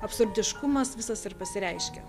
absurdiškumas visas ir pasireiškia